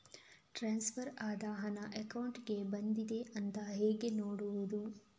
Transfer ಆದ ಹಣ ಅಕೌಂಟಿಗೆ ಬಂದಿದೆ ಅಂತ ಹೇಗೆ ನೋಡುವುದು?